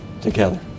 together